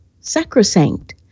sacrosanct